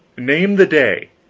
name the day,